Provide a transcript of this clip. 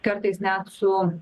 kartais net su